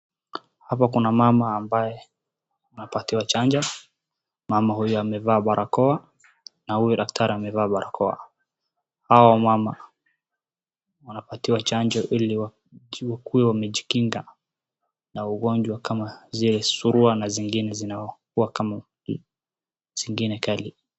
Hapa kuna mama ambaye anapatiwa chanjo. Mama huyu amevaa barakoa na huyu daktari amevaa barakoa. Hawa wamama wanapatiwa chanjo ili wakuwe wamejikinga na ugonjwa kama surua na zingine kali.